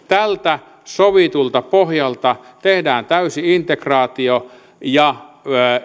tältä sovitulta pohjalta tehdään täysi integraatio ja